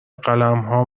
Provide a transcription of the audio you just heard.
قلمها